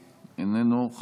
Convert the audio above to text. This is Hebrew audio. איננו,